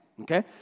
Okay